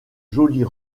jolies